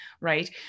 right